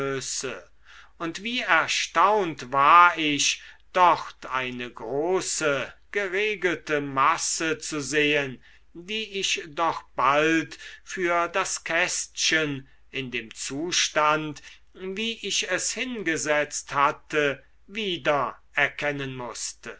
und wie erstaunt war ich dort eine große geregelte masse zu sehen die ich doch bald für das kästchen in dem zustand wie ich es hingesetzt hatte wieder erkennen mußte